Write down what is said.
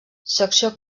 secció